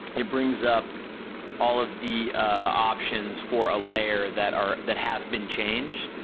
it brings up all of the options for a layer that are, that have been changed,